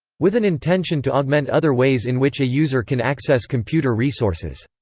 with an intention to augment other ways in which a user can access computer resources.